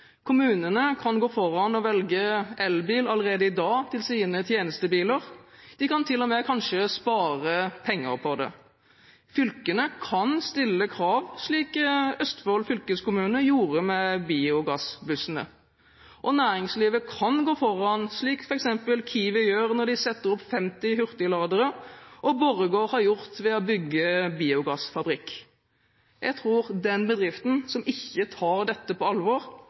Kommunene kan gå foran og velge elbil allerede i dag til sine tjenestebiler. De kan til og med kanskje spare penger på det. Fylkene kan stille krav, slik Østfold fylkeskommune gjorde med biogassbussene. Næringslivet kan gå foran, slik f.eks. Kiwi gjør når de setter opp 50 hurtigladere, og slik Borregaard har gjort ved å bygge biogassfabrikk. Jeg tror den bedriften som ikke tar dette på alvor,